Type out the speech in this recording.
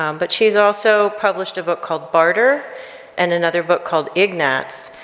um but she's also published a book called barter and another book called ignatz,